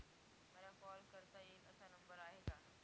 मला कॉल करता येईल असा नंबर आहे का?